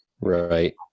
right